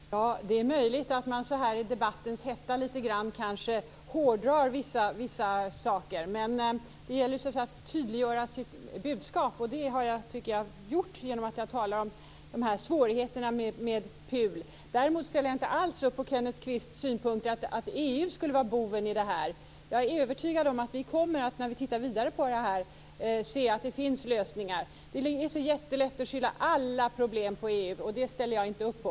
Fru talman! Det är möjligt att man så här i debattens hetta hårdrar vissa saker. Men det gäller att tydliggöra sitt budskap, och det tycker jag att jag har gjort genom att tala om svårigheterna med personuppgiftslagen. Däremot ställer jag inte alls upp på Kenneth Kvists synpunkter att EU skulle vara boven. Jag är övertygad om att vi, när vi tittar vidare på det här, kommer att se att det finns lösningar. Det är så jättelätt att skylla alla problem på EU. Det ställer jag inte upp på.